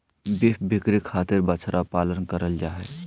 beef बिक्री खातिर बछड़ा पालन करल जा हय